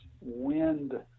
wind